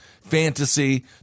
Fantasy